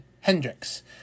Hendrix